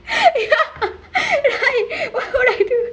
what would I do